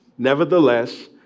Nevertheless